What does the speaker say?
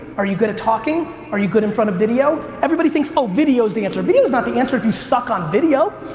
are you good at talking? are you good in front of video? everybody thinks so video's the answer. video's not the answer if you suck on video.